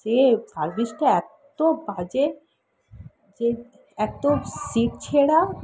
সে সার্ভিসটা এত্ত বাজে যে এক তো সিট ছেঁড়া